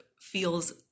feels